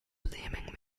blaming